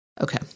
Okay